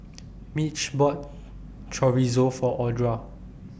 Mitch bought Chorizo For Audra